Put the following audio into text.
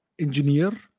engineer